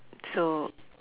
so